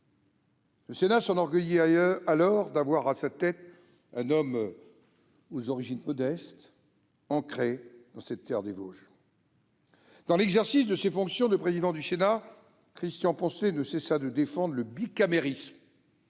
Le Sénat s'enorgueillit alors d'avoir à sa tête un homme aux origines modestes, ancré dans cette terre des Vosges. Dans l'exercice de ses fonctions de président du Sénat, Christian Poncelet ne cessa de défendre le bicamérisme